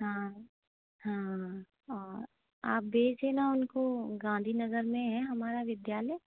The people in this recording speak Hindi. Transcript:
हाँ हाँ हाँ आप भेज देना उनको गाँधीनगर में है हमारा विद्यालय